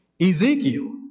Ezekiel